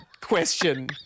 question